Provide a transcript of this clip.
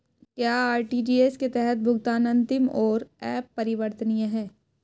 क्या आर.टी.जी.एस के तहत भुगतान अंतिम और अपरिवर्तनीय है?